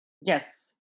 Yes